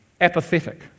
apathetic